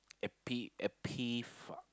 a P a P far